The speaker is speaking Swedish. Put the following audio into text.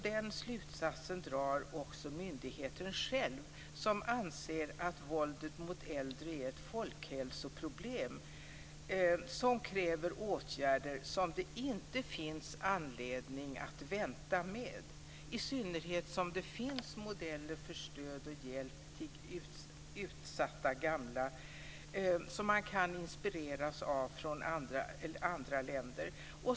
Den slutsatsen drar också myndigheten själv, som anser att våldet mot äldre är ett folkhälsoproblem som kräver åtgärder som det inte finns anledning att vänta med, i synnerhet som det finns modeller för stöd och hjälp till utsatta gamla som man kan inspireras av från andra länder.